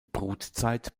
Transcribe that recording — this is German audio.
brutzeit